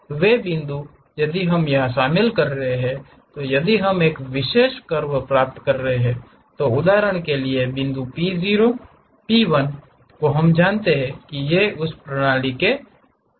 वे बिंदु यदि यहा हम शामिल कर रहे हैं यदि हम एक विशेष कर्व प्राप्त कर रहे हैं तो उदाहरण के लिए बिंदु p0 p1 तो हम जानते हैं कि ये उस प्रणाली के किसी भी xy निर्देशांक हैं